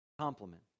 complement